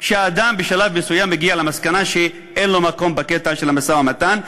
שהאדם בשלב מסוים הגיע למסקנה שאין לו מקום בקטע של המשא-ומתן,